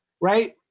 right